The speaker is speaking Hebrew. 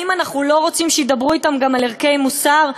האם אנחנו לא רוצים שידברו אתם גם על ערכי מוסר,